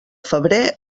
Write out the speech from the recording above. febrer